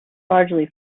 largely